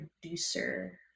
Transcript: producer